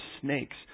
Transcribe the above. snakes